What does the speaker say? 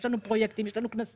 יש לנו פרויקטים, יש לנו כנסים.